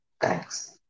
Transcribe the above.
Thanks